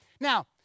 Now